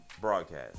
broadcast